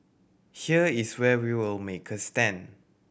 here is where we will make a stand